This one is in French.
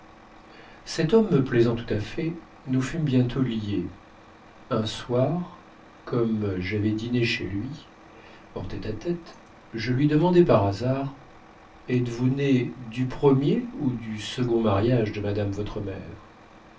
cet homme me plaisant tout à fait nous fûmes bientôt liés un soir comme j'avais dîné chez lui en tête-à-tête je lui demandai par hasard êtes-vous né du premier ou du second mariage de madame votre mère